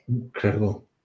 Incredible